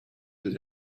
that